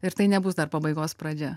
ir tai nebus dar pabaigos pradžia